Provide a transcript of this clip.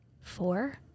four